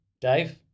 Dave